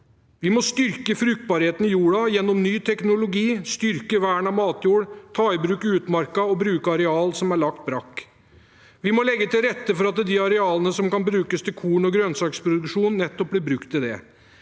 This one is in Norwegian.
Vi må styrke fruktbarheten i jorda og gjennom ny teknologi styrke vern av matjord, ta i bruk utmarka og bruke arealer som er lagt brakk. Vi må legge til rette for at de arealene som kan brukes til korn og grønnsaksproduksjon, blir brukt til